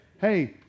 hey